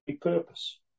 purpose